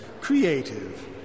creative